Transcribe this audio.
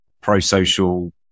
pro-social